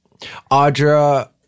Audra